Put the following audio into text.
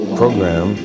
program